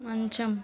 మంచం